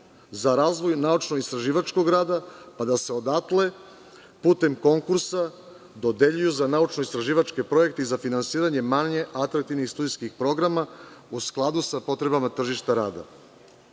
za razvoj naučno-istraživačkog rada, pa da se odatle putem konkursa dodeljuju za naučno-istraživačke projekte i za finansiranje manje atraktivnih studentskih programa, u skladu sa potrebama tržišta